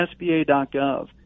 SBA.gov